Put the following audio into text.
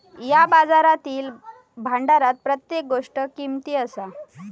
या बाजारातील भांडारात प्रत्येक गोष्ट किमती असा